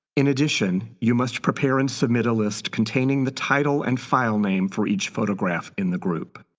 in addition, you must prepare and submit a list containing the title and file name for each photograph in the group.